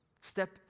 Step